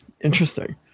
Interesting